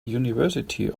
university